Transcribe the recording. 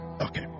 Okay